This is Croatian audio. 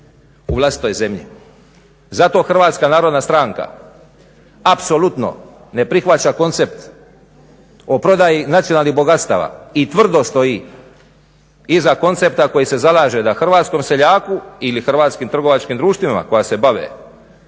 u vlastitoj zemlji, zato Hrvatska narodna stranka apsolutno ne prihvaća koncept o prodaji nacionalnih bogatstava i tvrdo stoji iza koncepta koji se zalaže da hrvatskom seljaku ili hrvatskim trgovačkim društvima koja se bave